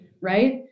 right